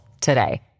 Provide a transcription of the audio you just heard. today